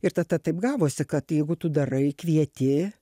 ir tata taip gavosi kad jeigu tu darai kvieti